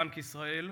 לבנק ישראל.